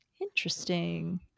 interesting